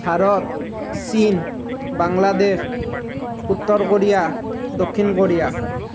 ভাৰত চীন বাংলাদেশ উত্তৰ কোৰিয়া দক্ষিণ কোৰিয়া